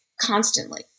constantly